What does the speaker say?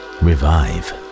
revive